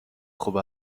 خوب